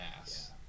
ass